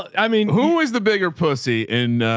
i mean, who is the bigger pussy in